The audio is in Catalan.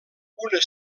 una